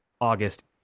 August